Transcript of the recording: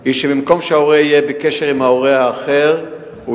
היא שבמקום שההורה יהיה בקשר עם ההורה האחר הוא